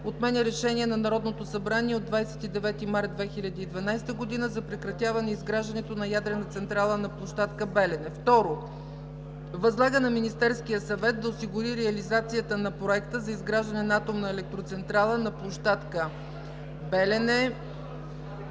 Отменя Решение на Народното събрание от 29 март 2012 г. за прекратяване изграждането на ядрена централа на площадка „Белене“. 2. Възлага на Министерския съвет да осигури реализацията на проекта за изграждане на атомна електроцентрала на площадка „Белене“,